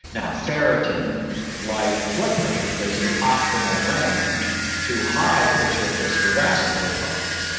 now, ferritin like blood pressure there's an optimal range too high puts you at risk for vascular problems,